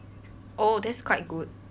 oh that's quite good